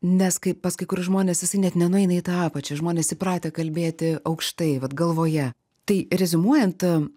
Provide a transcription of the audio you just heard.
nes kaip pas kai kuriuos žmones jisai net nenueina į tą apačią žmonės įpratę kalbėti aukštai vat galvoje tai reziumuojant